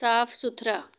ਸਾਫ਼ ਸੁਥਰਾ